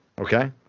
Okay